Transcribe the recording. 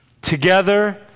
Together